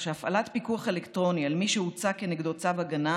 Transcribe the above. שהפעלת פיקוח אלקטרוני על מי שהוצא כנגדו צו הגנה,